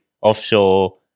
offshore